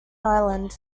island